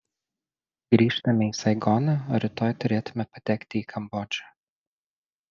grįžtame į saigoną o rytoj turėtume patekti į kambodžą